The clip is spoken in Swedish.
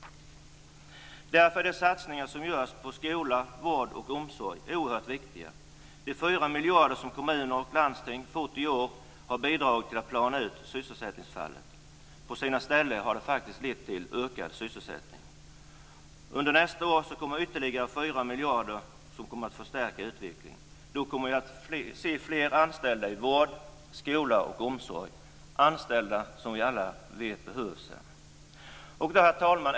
Därför är de satsningar som nu görs på skola, vård och omsorg oerhört viktiga. De 4 miljarder som kommuner och landsting fått i år har bidragit till att plana ut sysselsättningsfallet. På sina ställen har det faktiskt lett till ökad sysselsättning. Under nästa år kommer ytterligare 4 miljarder, vilka kommer att förstärka utvecklingen. Då kommer vi att se fler anställda i vård, skola och omsorg - anställda som alla vi här vet behövs. Herr talman!